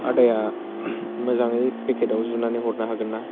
आदाया मोजाङै पेकेटाव जुनानै हरनो हागोन ना